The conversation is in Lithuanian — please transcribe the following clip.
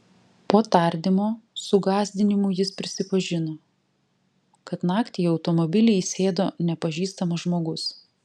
po tardymo su gąsdinimų jis prisipažino kad naktį į automobilį įsėdo nepažįstamas žmogus